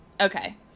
Okay